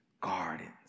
gardens